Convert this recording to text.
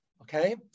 okay